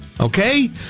okay